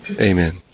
Amen